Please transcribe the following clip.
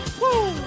Woo